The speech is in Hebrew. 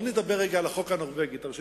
בואו נדבר רגע על החוק הנורבגי שאתם מביאים.